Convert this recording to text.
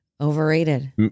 overrated